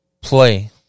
play